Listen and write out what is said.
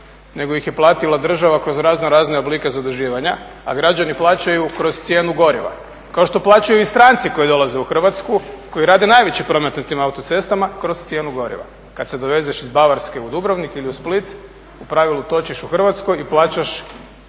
nego ih je platila država kroz razno razne oblike zaduživanja, a građani plaćaju kroz cijenu goriva kao što plaćaju i stranci koji dolaze u Hrvatskoj koji rade najveći promet na tim autocestama kroz cijenu goriva. Kad se dovezeš iz Bavarske u Dubrovnik ili u Split u pravilu točiš u Hrvatskoj i plaćaš